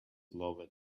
loved